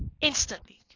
instantly